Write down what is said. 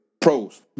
pros